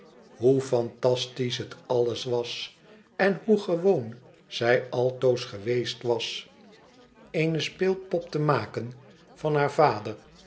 hoe fantastisch het alles was en hoe gewoon zij altoos geweest was eene speelpop te maken van haar vader